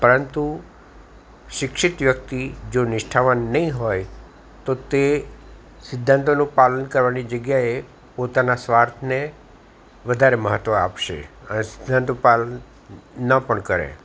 પરંતુ શિક્ષિત વ્યક્તિ જો નિષ્ઠાવાન નહીં હોય તો તે સિદ્ધાંતોનું પાલન કરવાની જગ્યાએ પોતાના સ્વાર્થને વધારે મહત્વ આપશે સિદ્ધાંતોનું પાલન ન પણ કરે